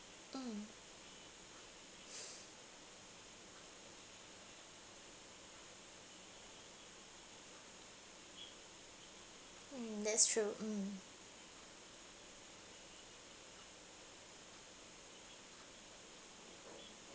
mm mm that's true mm